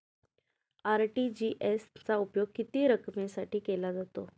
RTGS चा उपयोग किती रकमेसाठी केला जातो?